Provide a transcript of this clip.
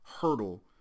hurdle